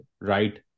right